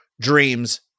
dreams